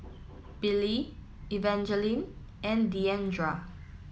Billye Evangeline and Diandra